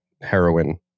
Heroin